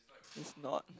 this is not